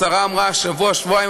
השרה אמרה שבוע-שבועיים,